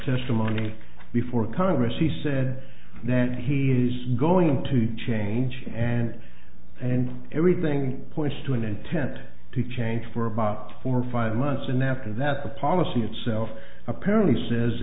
testimony before congress he said that he is going to change and and everything points to an intent to change for about four or five months and after that the policy itself apparently says